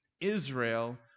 Israel